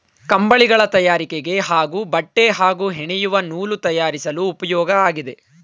ಕಂಬಳಿಗಳ ತಯಾರಿಕೆಗೆ ಹಾಗೂ ಬಟ್ಟೆ ಹಾಗೂ ಹೆಣೆಯುವ ನೂಲು ತಯಾರಿಸಲು ಉಪ್ಯೋಗ ಆಗಿದೆ